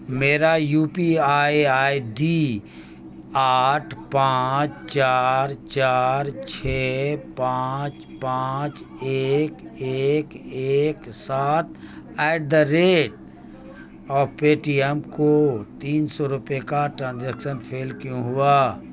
میرا U P I I D آٹھ پانچ چار چار چھ پانچ پانچ ایک ایک ایک سات at the rate O Paytm کو تین سو روپے کا ٹرانجیکشن فیل کیوں ہوا